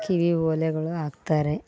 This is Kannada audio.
ಕಿವಿ ಓಲೆಗಳು ಹಾಕ್ತಾರೆ